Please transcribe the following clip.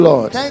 Lord